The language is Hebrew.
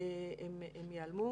והם ייעלמו.